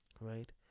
right